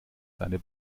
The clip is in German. seine